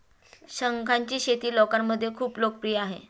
शंखांची शेती लोकांमध्ये खूप लोकप्रिय आहे